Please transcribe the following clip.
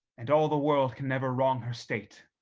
and all the world can never wrong her state.